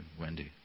Wendy